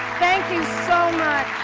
thank you so